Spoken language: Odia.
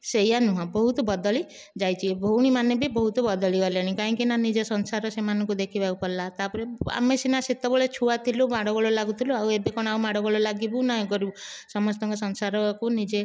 ସେଇୟା ନୁହଁ ବହୁତ ବଦଳି ଯାଇଛି ଭଉଣୀମାନେ ବି ବହୁତ ବଦଳି ଗଲେଣି କାହିଁକିନା ନିଜ ସଂସାର ସେମାନଙ୍କୁ ଦେଖିବାକୁ ପଡ଼ିଲା ତା'ପରେ ଆମେ ସିନା ସେତେବେଳେ ଛୁଆ ଥିଲୁ ମାଡ଼ୋଗୋଳ ଲାଗୁଥିଲୁ ଆଉ ଏବେ କ'ଣ ଆଉ ମାଡ଼ୋଗୋଳ ଲାଗିବୁ ନା ଇଏ କରିବୁ ସମସ୍ତଙ୍କ ସଂସାରକୁ ନିଜେ